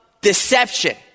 deception